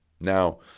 Now